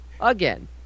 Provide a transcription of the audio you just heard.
again